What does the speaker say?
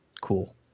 Cool